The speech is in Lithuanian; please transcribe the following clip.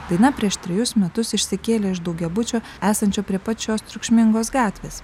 daina prieš trejus metus išsikėlė iš daugiabučio esančio prie pačios triukšmingos gatvės